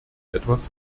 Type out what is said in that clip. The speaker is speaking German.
etwas